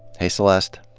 hey celeste.